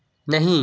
बचाओ